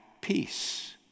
peace